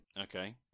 Okay